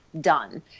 done